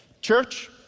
Church